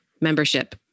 membership